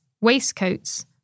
waistcoats